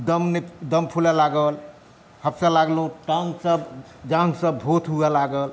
दम फूलै लागल हफसए लागलहुँ टाँगसभ जाँघसभ भोथ हुअए लागल